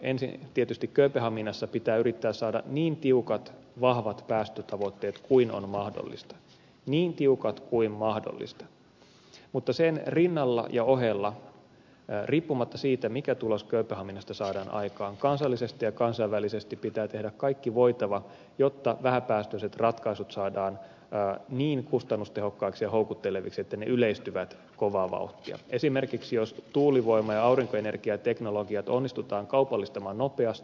ensin tietysti kööpenhaminassa pitää yrittää saada niin tiukat vahvat päästötavoitteet kuin on mahdollista niin tiukat kuin mahdollista mutta sen rinnalla ja ohella riippumatta siitä mikä tulos kööpenhaminassa saadaan aikaan kansallisesti ja kansainvälisesti pitää tehdä kaikki voitava jotta vähäpäästöiset ratkaisut saadaan niin kustannustehokkaiksi ja houkutteleviksi että ne yleistyvät kovaa vauhtia esimerkiksi jos tuulivoima ja aurinkoenergiateknologiat onnistutaan kaupallistamaan nopeasti